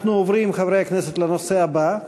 אנחנו עוברים, חברי הכנסת, לנושא הבא,